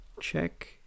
check